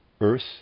earth